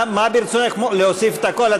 מה ברצונך, להוסיף את הקול?